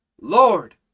Lord